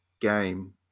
game